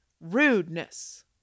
rudeness